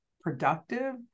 productive